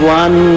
one